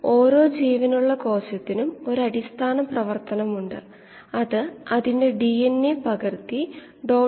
അതിനാൽ ഒരു കീമോസ്റ്റാറ്റിലെ വളർച്ചയെക്കുറിച്ച് നമ്മൾ നോക്കും